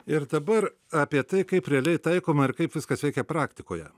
ir dabar apie tai kaip realiai taikoma ir kaip viskas veikia praktikoje